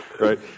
right